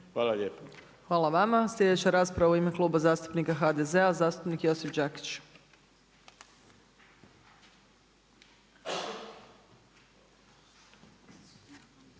Milanka (SDP)** Hvala vama. Sljedeća rasprava u ime Kluba zastupnika HDZ-a, zastupnik Josip Đakić.